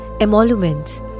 emoluments